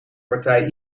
partij